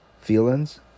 feelings